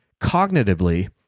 cognitively